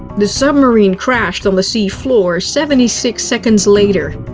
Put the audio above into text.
the submarine crashed on the seafloor seventy six seconds later.